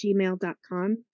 gmail.com